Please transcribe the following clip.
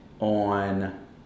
on